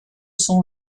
son